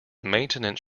maintenance